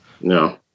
no